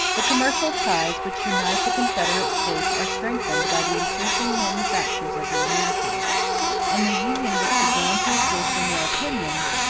the commercial ties which unite the confederate states are strengthened by the increasing manufactures of the americans and the union which began to exist in their opinions,